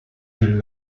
del